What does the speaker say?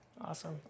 awesome